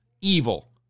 evil